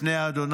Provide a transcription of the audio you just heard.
לפני ה',